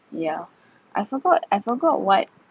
yea I forgot I forgot what